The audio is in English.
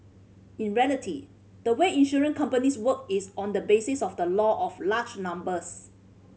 in reality the way insurance companies work is on the basis of the law of large numbers